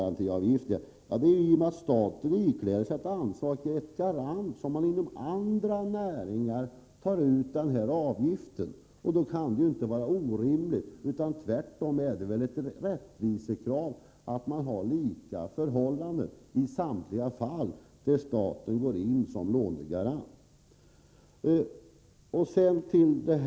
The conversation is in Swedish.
Sedan vill jag säga några ord om kreditgarantiavgiften. Inom andra näringar tar man ut en sådan avgift i och med att staten är garant och ikläder sig ett ansvar. Då kan det inte vara orimligt att vi har lika förhållanden i samtliga fall där staten går in som lånegarant. Det är tvärtom ett rättvisekrav.